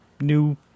new